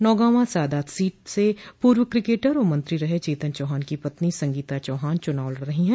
Naugawan Sadat seat से पूर्व cricketer और मंत्री रहे चेतन चौहान की पत्नी संगीता चौहान चुनाव लड रही है